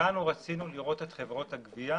כולנו רצינו לראות את חברות הגבייה